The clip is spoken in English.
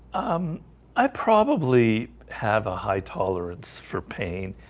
um i probably have a high tolerance for pain.